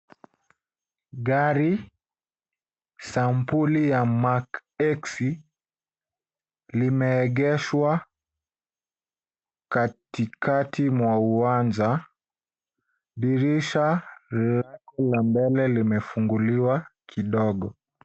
Gari sampuli ya Mark X limeegeshwa katikati mwa uwanja. Dirisha lake la mbele limefunguliwa kidogo.